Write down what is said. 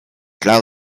clau